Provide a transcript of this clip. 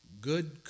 good